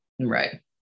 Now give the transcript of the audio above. Right